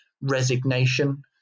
resignation